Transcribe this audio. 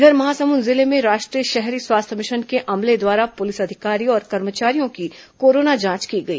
इधर महासमुंद जिले में राष्ट्रीय शहरी स्वास्थ्य मिशन के अमले द्वारा पुलिस अधिकारी और कर्मचारियों की कोरोना जांच की गई